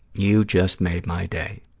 you just made my day.